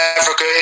Africa